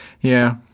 Yeah